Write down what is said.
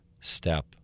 step